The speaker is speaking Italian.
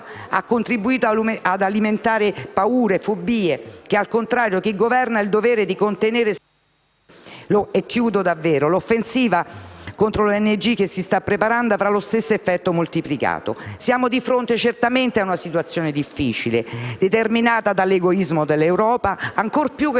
ha contribuito ad alimentare paure e fobie che, al contrario, chi governa ha il dovere di contenere e stemperare. L'offensiva contro le ONG che si sta preparando avrà lo stesso effetto, moltiplicato. Siamo certamente di fronte a una situazione difficile, determinata più dall'egoismo dell'Europa che